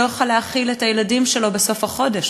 יוכל להאכיל את הילדים שלו בסוף החודש,